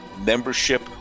membership